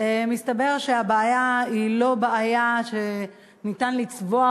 ומסתבר שהבעיה היא לא בעיה שניתן לצבוע